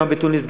גם בתוניסיה,